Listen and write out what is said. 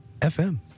FM